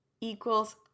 equals